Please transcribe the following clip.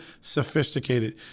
sophisticated